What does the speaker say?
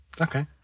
Okay